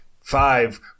five